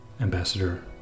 Ambassador